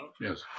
Yes